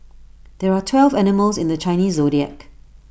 there are twelve animals in the Chinese Zodiac